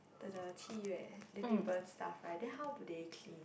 the the 七月 then they burn stuff right then how do they clean